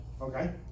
Okay